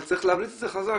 אבל צריך להבליט את זה חזק,